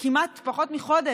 פחות מחודש